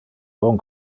bon